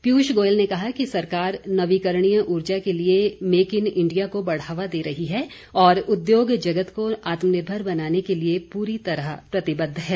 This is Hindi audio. पीयूष गोयल ने कहा कि सरकार नवीकरणीय ऊर्जा के लिए मेक इन इंडिया को बढ़ावा दे रही है और उद्योग जगत को आत्मनिर्भर बनाने के लिए पूरी तरह प्रतिबद्ध है